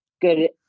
good